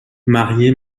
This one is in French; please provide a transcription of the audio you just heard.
marier